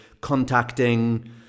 contacting